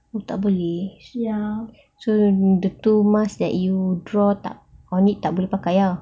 tak boleh so so the two masks that you draw tak on it tak boleh pakai ah